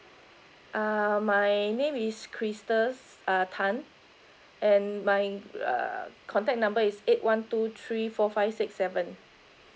err my name is crystal tan and my uh contact number is eight one two three four five six seven